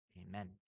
amen